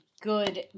good